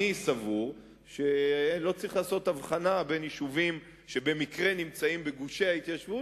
אני סבור שלא צריך לעשות הבחנה בין יישובים שבמקרה נמצאים בגושי ההתיישבות